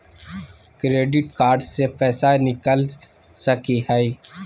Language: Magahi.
क्रेडिट कार्ड से पैसा निकल सकी हय?